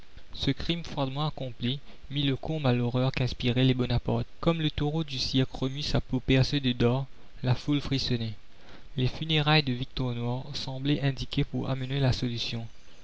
ce crime froidement accompli mit le comble à l'horreur qu'inspiraient les bonaparte comme le taureau du cirque remue sa peau percée de dards la foule frissonnait les funérailles de victor noir semblaient indiquées pour amener la solution